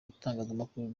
bitangazamakuru